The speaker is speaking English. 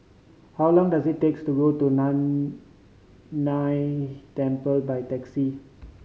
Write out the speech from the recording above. how long does it takes to go to Nan Temple by taxi